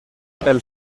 pel